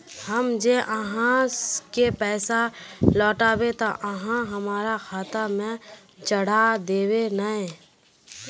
हम जे आहाँ के पैसा लौटैबे ते आहाँ हमरा खाता में चढ़ा देबे नय?